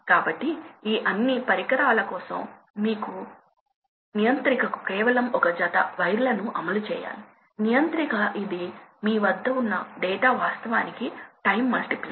కాబట్టి బహుశా గరిష్ట ప్రవాహం ఎప్పుడూ జరగదు జరగకపోవచ్చు లేదా చాలా తక్కువ సమయంలో సంభవించవచ్చు